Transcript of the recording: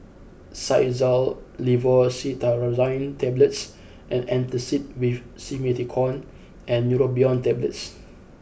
Xyzal Levocetirizine Tablets Antacid with Simethicone and Neurobion Tablets